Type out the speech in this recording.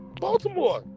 Baltimore